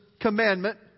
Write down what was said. commandment